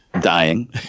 Dying